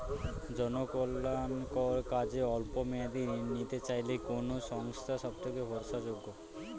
জনকল্যাণকর কাজে অল্প মেয়াদী ঋণ নিতে চাইলে কোন সংস্থা সবথেকে ভরসাযোগ্য?